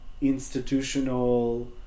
institutional